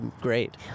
great